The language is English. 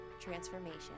transformation